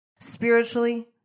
spiritually